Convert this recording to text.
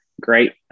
great